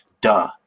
Duh